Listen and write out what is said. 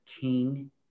king